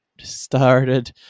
started